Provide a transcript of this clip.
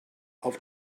auf